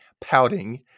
pouting